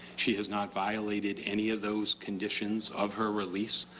she has not violated any of those conditions of her release.